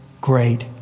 great